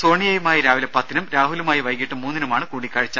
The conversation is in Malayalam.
സോണിയയുമായി രാവിലെ പത്തിനും രാഹുലുമായി വൈകീട്ട് മൂന്നിനുമാണ് കൂടിക്കാഴ്ച്ച